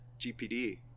GPD